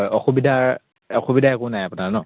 হয় অসুবিধাৰ অসুবিধা একো নাই আপোনাৰ ন